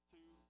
Two